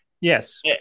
Yes